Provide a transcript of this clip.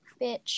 bitch